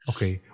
Okay